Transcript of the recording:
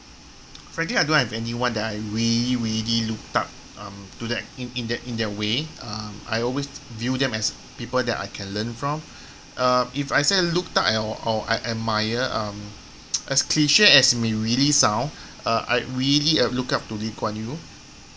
frankly I don't have anyone that I really really looked up um to that in that in that way uh I always view them as people that I can learn from uh if I say looked up or or I admire um as cliched as it may really sound uh I uh really look up to lee kuan yew